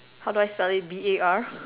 how do I spell it B a R